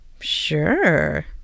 sure